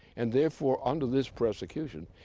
and therefore, under this persecution,